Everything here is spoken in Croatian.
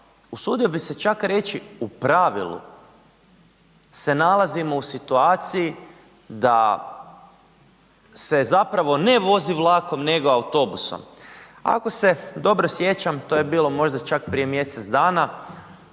usudio bih se čak reći u pravilu se nalazim u situaciji da se zapravo ne vozi vlakom nego autobusom. Ako se dobro sjećam, to je bilo možda čak prije mjesec dana,